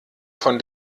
von